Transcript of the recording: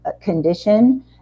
condition